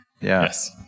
Yes